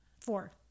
Four